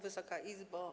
Wysoka Izbo!